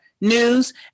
news